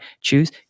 choose